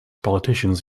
politicians